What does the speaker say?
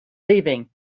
leaving